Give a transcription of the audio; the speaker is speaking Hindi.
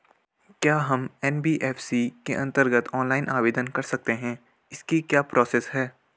क्या हम एन.बी.एफ.सी के अन्तर्गत ऑनलाइन आवेदन कर सकते हैं इसकी क्या प्रोसेस है?